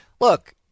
look